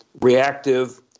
reactive